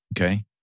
Okay